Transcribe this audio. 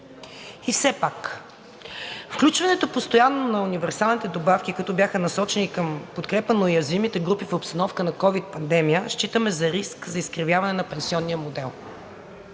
И все пак включването постоянно на универсалните добавки, които бяха насочени към подкрепа на уязвимите групи в обстановка на ковид пандемия, считаме за риск, за изкривяване на пенсионния модел.